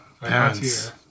Parents